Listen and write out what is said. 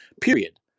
period